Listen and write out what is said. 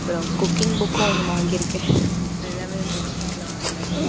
அப்புறம் குக்கிங் புக்கும் ஒன்று வாங்கியிருக்கேன் எல்லாம் புக் ஃபேரில் வாங்கினது